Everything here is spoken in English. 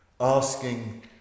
asking